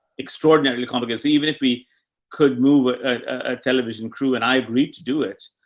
extraordinarily complicated. even if we could move a ah television crew. and i agreed to do it.